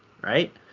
right